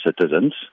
citizens